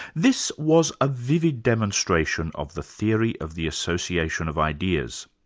this was a vivid demonstration of the theory of the association of ideas.